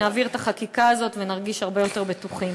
נעביר את החקיקה הזאת ונרגיש הרבה יותר בטוחים.